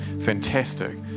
fantastic